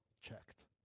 checked